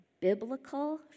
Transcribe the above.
Biblical